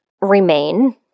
remain